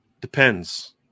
depends